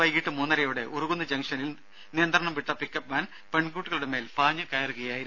വൈകീട്ട് മൂന്നരയോടെ ഉറുകുന്ന് ജംഗ്ഷനിൽ നിയന്ത്രണംവിട്ട പിക്കപ്പ് വാൻ പെൺകുട്ടികളുടെ മേൽ പാഞ്ഞുകയറുകയായിരുന്നു